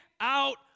out